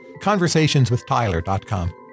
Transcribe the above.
conversationswithtyler.com